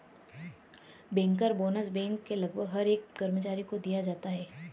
banker bonus bank के लगभग हर एक कर्मचारी को दिया जाता है